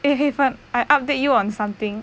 eh hui fen I update you on something